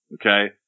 okay